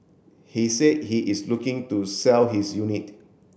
he said he is looking to sell his unit